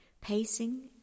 Pacing